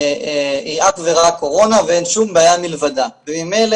היא אך ורק קורונה ואין שום בעיה מלבדה וממילא